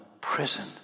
prison